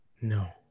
No